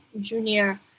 Junior